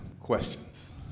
questions